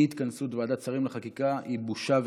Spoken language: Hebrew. אי-התכנסות ועדת השרים לחקיקה היא בושה וחרפה.